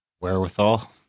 wherewithal